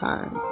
Time